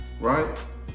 right